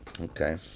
okay